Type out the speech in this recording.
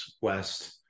West